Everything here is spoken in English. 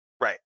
Right